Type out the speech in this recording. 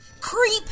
Creep